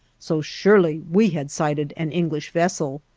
so surely we had sighted an english vessel.